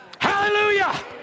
Hallelujah